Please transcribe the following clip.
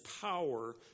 power